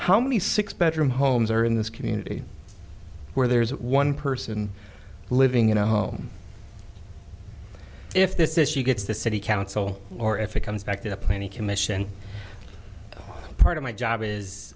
how many six bedroom homes are in this community where there's one person living in a home if this issue gets the city council or if it comes back to the planning commission part of my job is